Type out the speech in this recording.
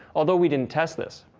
although we didn't test this.